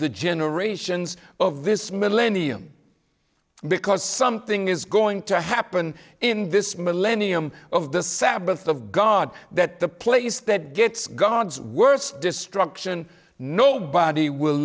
the generations of this millennium because something is going to happen in this millennium of the sabbath of god that the place that gets god's worst destruction nobody will